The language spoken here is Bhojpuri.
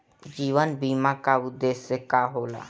जीवन बीमा का उदेस्य का होला?